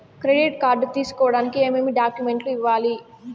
credit card తీసుకోడానికి ఏమేమి డాక్యుమెంట్లు ఇవ్వాలి